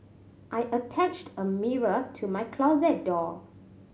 I attached a mirror to my closet door